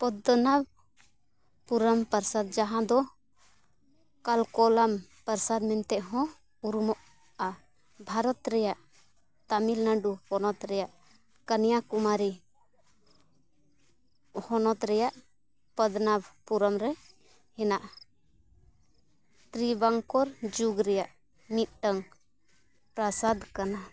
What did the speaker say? ᱯᱚᱫᱽᱫᱚᱱᱟᱵᱷ ᱯᱩᱨᱚᱢ ᱯᱨᱟᱥᱟᱫᱽ ᱡᱟᱦᱟᱸ ᱫᱚ ᱠᱟᱞ ᱠᱚᱞᱚᱢ ᱯᱨᱟᱥᱟᱫᱽ ᱢᱮᱱᱛᱮᱦᱚᱸ ᱩᱨᱩᱢᱩᱴᱩᱜᱼᱟ ᱵᱷᱟᱨᱚᱛ ᱨᱮᱭᱟᱜ ᱛᱟᱹᱢᱤᱞᱱᱟᱹᱰᱩ ᱯᱚᱱᱚᱛ ᱨᱮᱭᱟᱜ ᱠᱚᱱᱱᱟ ᱠᱩᱢᱟᱨᱤ ᱦᱚᱱᱚᱛ ᱨᱮᱭᱟᱜ ᱯᱚᱫᱽᱫᱚᱱᱟᱵᱷ ᱯᱩᱨᱚᱢ ᱨᱮ ᱦᱮᱱᱟᱜᱼᱟ ᱛᱨᱤ ᱵᱟᱝᱠᱩᱨ ᱡᱩᱜᱽ ᱨᱮᱭᱟᱜ ᱢᱤᱫᱴᱟᱱ ᱯᱨᱟᱥᱟᱫᱽ ᱠᱟᱱᱟ